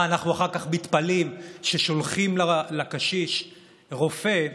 מה אנחנו אחר כך מתפלאים ששולחים לקשיש רופא,